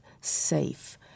safe